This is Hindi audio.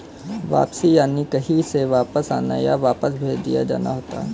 वापसी यानि कहीं से वापस आना, या वापस भेज दिया जाना होता है